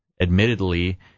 admittedly